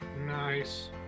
Nice